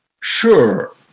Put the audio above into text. sure